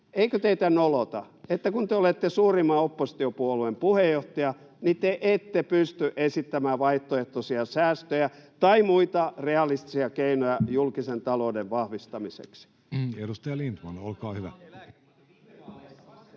eikö teitä nolota, että kun te olette suurimman oppositiopuolueen puheenjohtaja, niin te ette pysty esittämään vaihtoehtoisia säästöjä tai muita realistisia keinoja julkisen talouden vahvistamiseksi? [Speech 68] Speaker: